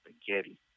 spaghetti